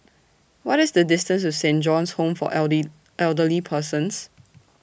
What IS The distance to Saint John's Home For Elderly Persons